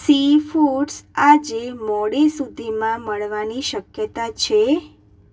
seafoods આજે મોડે સુધીમાં મળવાની શક્યતા છે